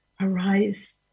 Arise